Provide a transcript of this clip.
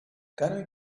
can